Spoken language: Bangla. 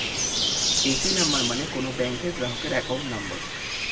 এ.সি নাম্বার মানে কোন ব্যাংকের গ্রাহকের অ্যাকাউন্ট নম্বর